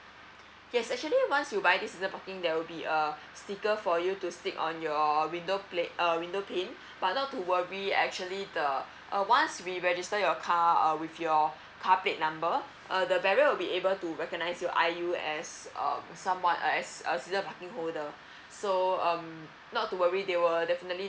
yes actually once you buy this season parking there will be a sticker for you to stick on your window plate uh window pane but not to worry actually the uh once we register your car uh with your car plate number uh the barrier will be able to recognize your I_U as um somewhat as a season parking holder so um not to worry they were definitely